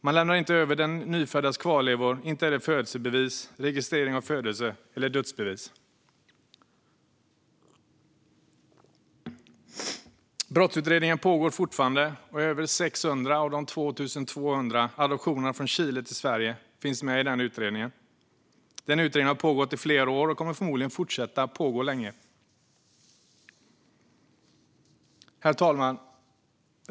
Man lämnade inte över den nyföddas kvarlevor, inte heller födelsebevis, registrering av födelse eller dödsbevis. Brottsutredningen pågår fortfarande, och över 600 av de 2 200 adoptionerna från Chile till Sverige finns med i den utredningen. Utredningen har pågått i flera år och kommer förmodligen att fortsätta att pågå länge. Herr talman!